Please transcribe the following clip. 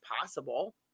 possible